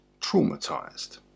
traumatized